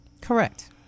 correct